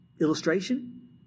illustration